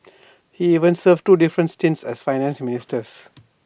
he even served two different stints as Finance Minister